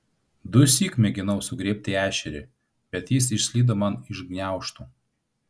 dusyk mėginau sugriebti ešerį bet jis išslydo man iš gniaužtų